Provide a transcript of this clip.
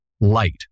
light